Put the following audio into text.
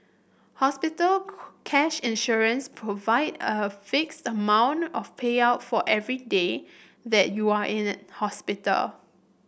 hospital cash insurance provide a fixed amount of payout for every day that you are in hospital